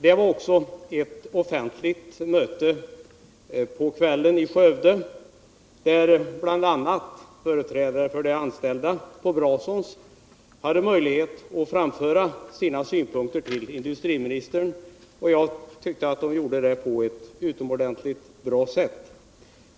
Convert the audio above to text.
På kvällen hade man ett offentligt möte i Skövde där bl.a. företrädare för de anställda på Brasons hade möjlighet att framföra sina synpunkter till industriministern. Jag tyckte att de gjorde det på ett utomordentligt bra sätt.